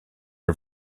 her